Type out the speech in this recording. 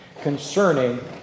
concerning